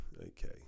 okay